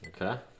Okay